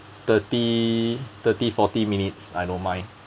thirty thirty forty minutes I don't mind